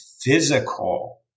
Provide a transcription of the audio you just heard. physical